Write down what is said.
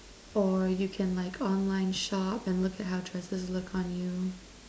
or you can like online shop and look at how dresses look on you